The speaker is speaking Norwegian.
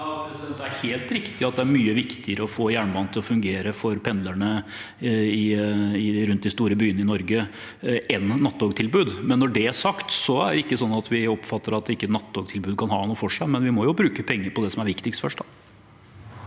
Det er helt riktig at det er mye viktigere å få jernbanen til å fungere for pendlerne rundt de store byene i Norge, enn med nattogtilbud. Når det er sagt, er det ikke sånn at vi ikke oppfatter at nattogtilbud kan ha noe for seg, men vi må jo bruke pengene på det viktigste først.